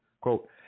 Quote